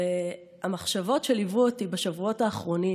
המחשבות שליוו אותי בשבועות האחרונים,